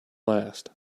last